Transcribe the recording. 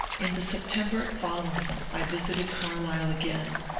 in the september following i visited carlisle again,